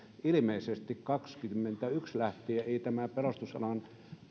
ilmeisesti vuodesta kaksikymmentäyksi lähtien ei tämä pelastusalan